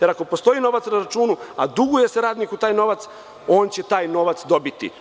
Ako postoji novac na računu, a duguje se radniku taj novac, on će taj novac dobiti.